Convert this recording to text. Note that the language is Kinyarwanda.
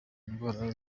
indwara